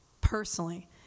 personally